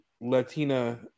Latina